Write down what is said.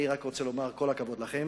אני רק רוצה לומר: כל הכבוד לכם,